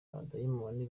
abadayimoni